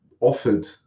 offered